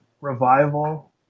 revival